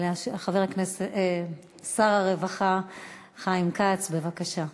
חבר הכנסת שר הרווחה חיים כץ, בבקשה.